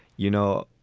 you know,